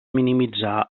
minimitzar